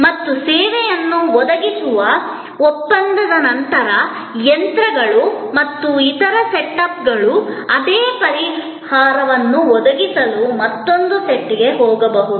ಮತ್ತು ಸೇವೆಯನ್ನು ಒದಗಿಸುವ ಒಪ್ಪಂದದ ನಂತರ ಯಂತ್ರಗಳು ಮತ್ತು ಇತರ ಸೆಟಪ್ಗಳು ಅದೇ ಪರಿಹಾರವನ್ನು ಒದಗಿಸಲು ಮತ್ತೊಂದು ಸೈಟ್ಗೆ ಹೋಗಬಹುದು